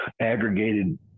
aggregated